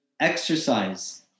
exercise